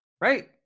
Right